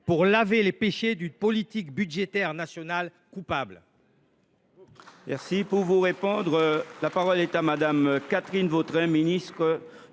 pour laver les péchés d’une politique budgétaire nationale coupable